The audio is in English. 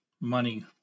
money